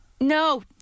No